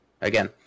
Again